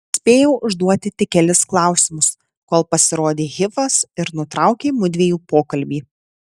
spėjau užduoti tik kelis klausimus kol pasirodė hifas ir nutraukė mudviejų pokalbį